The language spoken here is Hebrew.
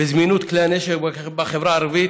וזמינות כלי הנשק בחברה הערבית,